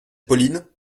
pauline